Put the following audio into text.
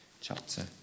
chapter